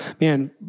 man